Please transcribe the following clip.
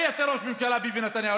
היית ראש ממשלה, ביבי נתניהו.